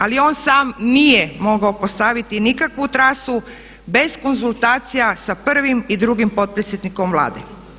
Ali on sam nije mogao postaviti nikakvu trasu bez konzultacija sa prvim i drugim potpredsjednikom Vlade.